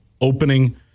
opening